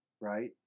right